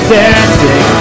dancing